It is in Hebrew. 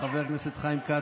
חבר הכנסת חיים כץ,